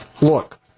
Look